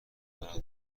برق